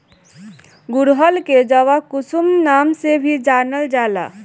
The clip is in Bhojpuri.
गुड़हल के जवाकुसुम नाम से भी जानल जाला